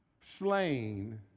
slain